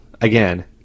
Again